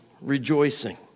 rejoicing